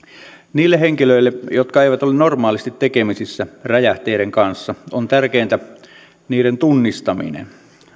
niille henkilöille jotka eivät ole normaalisti tekemisissä räjähteiden kanssa on tärkeintä niiden tunnistaminen